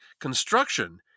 construction